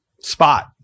spot